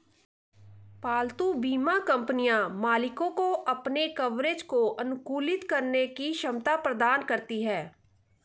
पालतू बीमा कंपनियां मालिकों को अपने कवरेज को अनुकूलित करने की क्षमता प्रदान करती हैं